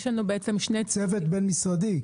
זה צוות בין-משרדי.